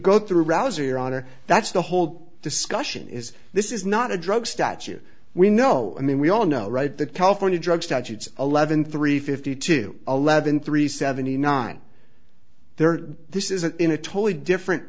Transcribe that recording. go through rouser your honor that's the whole discussion is this is not a drug statute we know i mean we all know that california drug statutes eleven three fifty two eleven three seventy nine there this is in a totally different